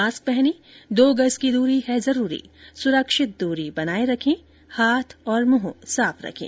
mask पहनें दो गज की दूरी है जरूरी सुरक्षित दूरी बनाए रखें हाथ और मुंह साफ रखें